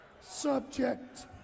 subject